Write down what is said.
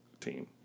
team